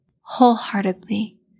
wholeheartedly